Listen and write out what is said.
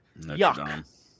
Yuck